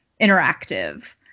interactive